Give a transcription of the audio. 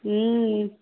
ம்